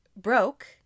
broke